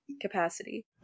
capacity